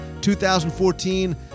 2014